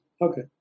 Okay